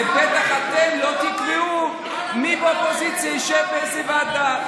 ובטח אתם לא תקבעו מי באופוזיציה ישב באיזו ועדה.